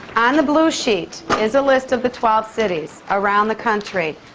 on the blue sheet is a list of the twelve cities, around the country.